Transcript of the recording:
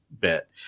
bit